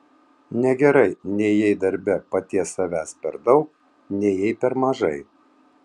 negerai nei jei darbe paties savęs per daug nei jei per mažai